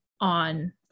on